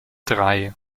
drei